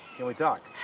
can we talk?